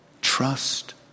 Trust